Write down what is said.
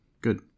good